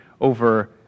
over